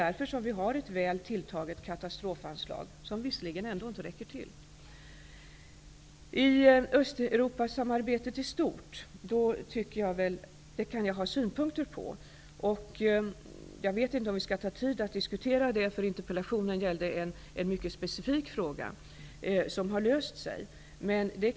Därför har vi ett väl tilltaget katastrofanslag -- som visserligen ändå inte räcker till. Jag har synpunkter på Östeuropasamarbetet i stort. Men jag vet inte om vi skall ta tid för att diskutera det, eftersom interpellationen gällde en mycket specifik fråga som har löst sig.